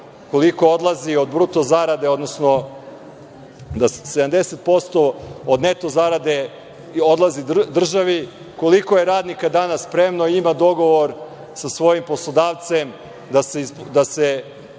koliko odlazi od bruto zarade, odnosno da 70% od neto zarade odlazi državi, koliko je radnika danas spremno da ima dogovor sa svojim poslodavcem da se na